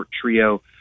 trio